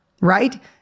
right